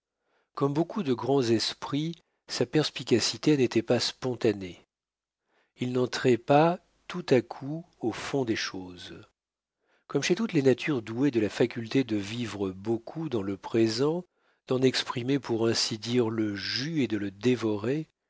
comme beaucoup de grands esprits sa perspicacité n'était pas spontanée il n'entrait pas tout à coup au fond des choses comme chez toutes les natures douées de la faculté de vivre beaucoup dans le présent d'en exprimer pour ainsi dire le jus et de le dévorer